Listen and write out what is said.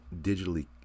digitally